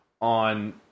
on